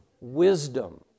wisdom